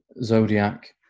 Zodiac